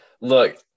look